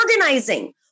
organizing